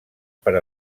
per